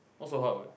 what's so hard about it